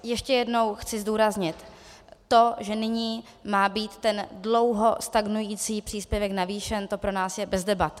Ještě jednou chci zdůraznit, to, že nyní má být ten dlouho stagnující příspěvek navýšen, to je pro nás bez debat.